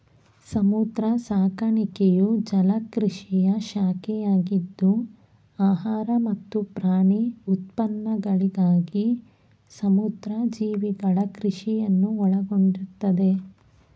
ಸಮುದ್ರ ಸಾಕಾಣಿಕೆಯು ಜಲಕೃಷಿಯ ಶಾಖೆಯಾಗಿದ್ದು ಆಹಾರ ಮತ್ತು ಪ್ರಾಣಿ ಉತ್ಪನ್ನಗಳಿಗಾಗಿ ಸಮುದ್ರ ಜೀವಿಗಳ ಕೃಷಿಯನ್ನು ಒಳಗೊಂಡಿರ್ತದೆ